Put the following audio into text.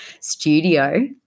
studio